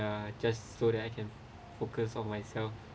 ya just so that I can focus on myself